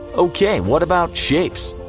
ok, what about shapes?